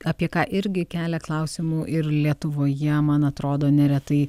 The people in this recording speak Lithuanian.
apie ką irgi kelia klausimų ir lietuvoje man atrodo neretai